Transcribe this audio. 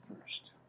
first